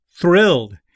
thrilled